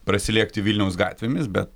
prasilėkti vilniaus gatvėmis bet